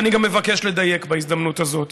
ואני גם מבקש לדייק, בהזדמנות הזאת: